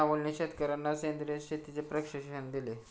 राहुलने शेतकर्यांना सेंद्रिय शेतीचे प्रशिक्षण दिले